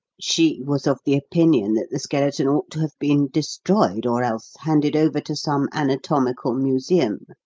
she was of the opinion that the skeleton ought to have been destroyed or else handed over to some anatomical museum.